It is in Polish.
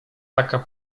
taka